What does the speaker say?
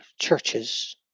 churches